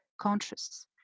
conscious